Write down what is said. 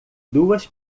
duas